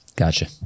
Gotcha